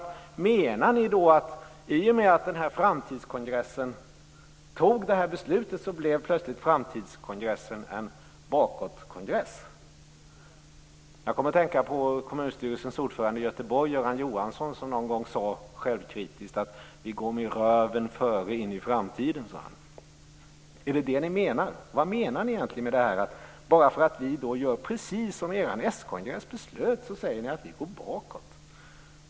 Menar ni att i och med att framtidskongressen fattade det beslutet blev plötsligt framtidskongressen en bakåtkongress? Jag kom att tänka på kommunstyrelsens ordförande i Göteborg, Göran Johansson, som någon gång självkritiskt sade: Vi går med röven före in i framtiden. Är det vad ni menar? Vad menar ni egentligen? Bara för att vi gör precis som er skongress beslöt menar ni att vi går bakåt.